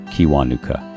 Kiwanuka